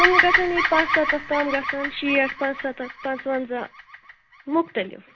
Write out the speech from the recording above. کم گژھان یہِ پانٛژسَتتھ تام گژھان شیٖٹھ پانٛژسَتتھ پانٛژوَنٛزاہ مُختلِف